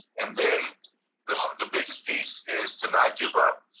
and then the the biggest piece is to not give up.